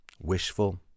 wishful